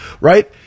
Right